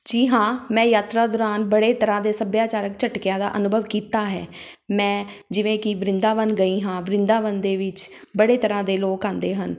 ਜੀ ਹਾਂ ਮੈਂ ਯਾਤਰਾ ਦੌਰਾਨ ਬੜੇ ਤਰ੍ਹਾਂ ਦੇ ਸੱਭਿਆਚਾਰਕ ਝਟਕਿਆਂ ਦਾ ਅਨੁਭਵ ਕੀਤਾ ਹੈ ਮੈਂ ਜਿਵੇਂ ਕਿ ਵ੍ਰਿੰਦਾਵਨ ਗਈ ਹਾਂ ਵ੍ਰਿੰਦਾਵਨ ਦੇ ਵਿੱਚ ਬੜੇ ਤਰ੍ਹਾਂ ਦੇ ਲੋਕ ਆਉਂਦੇ ਹਨ